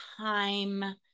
time